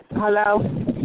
Hello